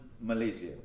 Malaysia